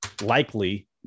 likely